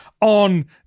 on